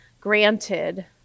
granted